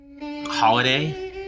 holiday